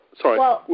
Sorry